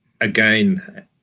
Again